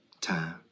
time